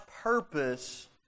purpose